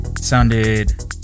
sounded